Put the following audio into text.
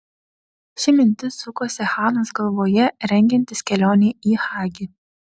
ši mintis sukosi hanos galvoje rengiantis kelionei į hagi